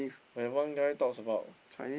when one guy talks about